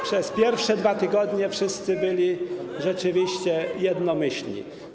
przez pierwsze 2 tygodnie wszyscy byli rzeczywiście jednomyślni.